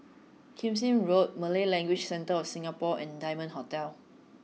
Kismis Road Malay Language Centre of Singapore and Diamond Hotel